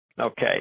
Okay